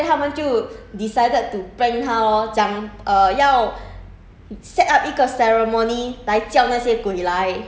去写她的名 eh charlotte was here 还是什么 and then after that 他们就 decided to prank 她 lor 讲 err 要